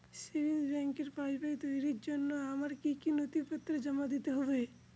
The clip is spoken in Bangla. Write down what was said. সেভিংস ব্যাংকের পাসবই তৈরির জন্য আমার কি কি নথিপত্র জমা দিতে হবে?